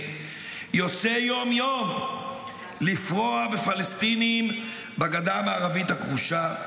יוצא יום-יום לפרוע בפלסטינים בגדה המערבית הכבושה,